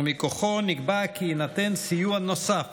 ומכוחו נקבע כי יינתן סיוע נוסף